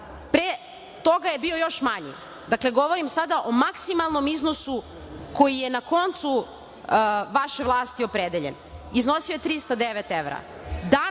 pre toga je bio još manji. Dakle, govorim sada o maksimalnom iznosu koji je na koncu vaše vlasti opredeljen. Iznosio je 309 evra.